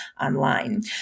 online